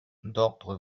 d’ordre